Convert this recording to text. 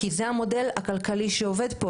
כי זה המודל הכלכלי שעובד פה.